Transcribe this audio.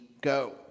go